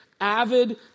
Avid